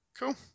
cool